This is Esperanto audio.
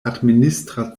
administra